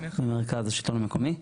מרכז השלטון המקומי.